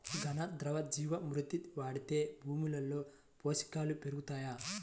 ఘన, ద్రవ జీవా మృతి వాడితే భూమిలో పోషకాలు పెరుగుతాయా?